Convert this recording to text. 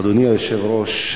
אדוני היושב-ראש,